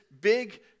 big